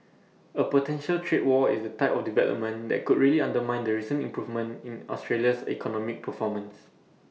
A potential trade war is the type of development that could really undermine the recent improvement in Australia's economic performance